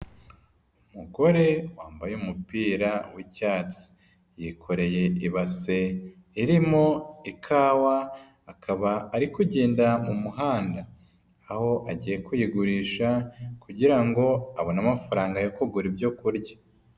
Umugore wambaye umupira w'icyatsi, yikoreye ibase irimo ikawa akaba ari kugenda mu muhanda, aho agiye kuyigurisha kugira ngo abone amafaranga yo kugura ibyo kurya.